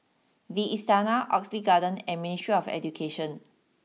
the Istana Oxley Garden and Ministry of Education